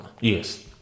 Yes